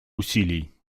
усилий